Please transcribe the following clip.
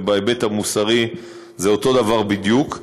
ובהיבט המוסרי זה אותו דבר בדיוק,